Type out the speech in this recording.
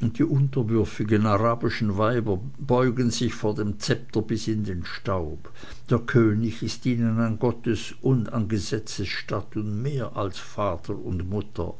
und die unterwürfigen arabischen weiber beugen sich vor dem szepter bis in den staub der könig ist ihnen an gottes und des gesetzes statt und mehr als vater und mutter